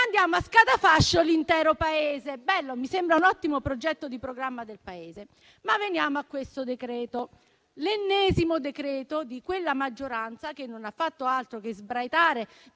mandiamo a scatafascio l'intero Paese. Bello, mi sembra un ottimo programma per il Paese. Veniamo a questo decreto-legge, l'ennesimo di quella maggioranza che non ha fatto altro che sbraitare